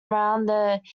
around